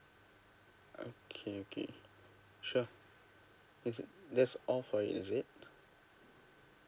okay okay sure is it that's all for it is it